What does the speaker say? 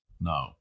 No